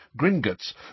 Gringotts